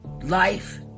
Life